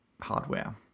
hardware